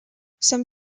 some